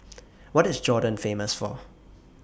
What IS Jordan Famous For